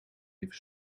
even